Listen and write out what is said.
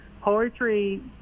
poetry